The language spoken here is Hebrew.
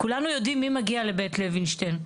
כולנו יודעים מי מגיע לבית לוינשטיין,